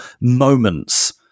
moments